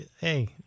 hey